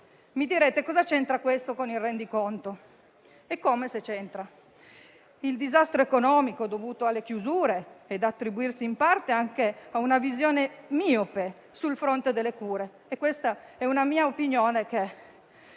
tutto ciò c'entra con il rendiconto. Eccome se c'entra. Il disastro economico dovuto alle chiusure è da attribuirsi in parte anche a una visione miope sul fronte delle cure. Questa è la mia opinione.